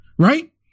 Right